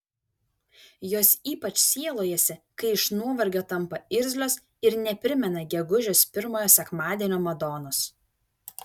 jos ypač sielojasi kai iš nuovargio tampa irzlios ir neprimena gegužės pirmojo sekmadienio madonos